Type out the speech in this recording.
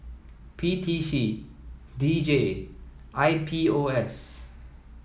P T C D J and I P O S